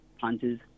Hunters